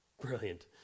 Brilliant